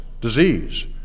disease